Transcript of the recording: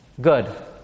Good